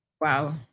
Wow